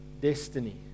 destiny